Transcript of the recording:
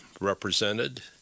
represented